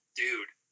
dude